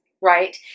right